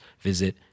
visit